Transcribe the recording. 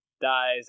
dies